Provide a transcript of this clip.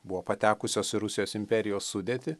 buvo patekusios į rusijos imperijos sudėtį